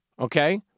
okay